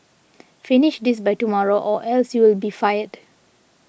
finish this by tomorrow or else you'll be fired